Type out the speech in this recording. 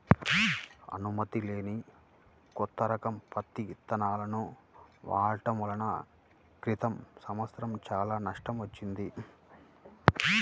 అనుమతి లేని కొత్త రకం పత్తి విత్తనాలను వాడటం వలన క్రితం సంవత్సరం చాలా నష్టం వచ్చింది